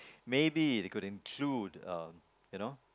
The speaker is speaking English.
maybe they could include uh you know